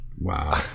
Wow